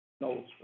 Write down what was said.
no